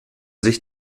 sich